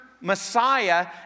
Messiah